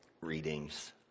readings